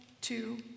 two